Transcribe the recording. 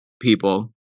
people